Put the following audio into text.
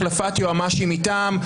החלפת יועצים משפטיים מטעם,